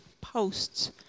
posts